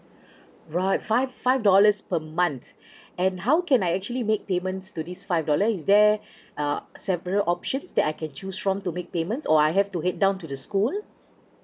right five five dollars per month and how can I actually make payments to this five dollar is there uh several options that I can choose from to make payments or I have to head down to the school